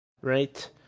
right